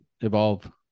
evolve